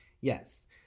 Yes